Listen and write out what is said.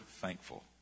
thankful